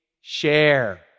share